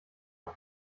auf